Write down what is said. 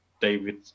David